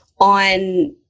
on